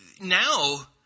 now